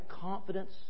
confidence